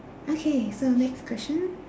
okay so next question